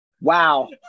wow